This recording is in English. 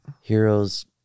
Heroes